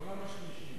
העולם השלישי.